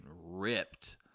ripped